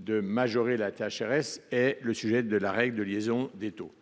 de majorer la THRS ; les règles de liaison des taux.